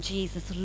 Jesus